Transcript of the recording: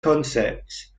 concepts